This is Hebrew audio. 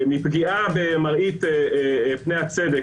מפגיעה במראית פני הצדק,